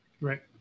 Right